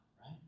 right